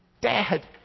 Dad